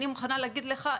אני מוכנה להגיד לך,